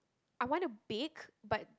I want to bake but